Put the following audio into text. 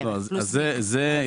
הוא כ-100,000 שקל בחודש.